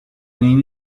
name